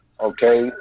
Okay